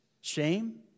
Shame